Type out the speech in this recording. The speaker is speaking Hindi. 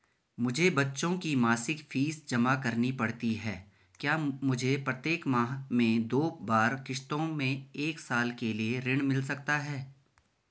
मुझे बच्चों की मासिक फीस जमा करनी पड़ती है क्या मुझे प्रत्येक माह में दो बार किश्तों में एक साल के लिए ऋण मिल सकता है?